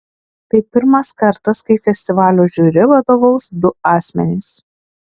tai pirmas kartas kai festivalio žiuri vadovaus du asmenys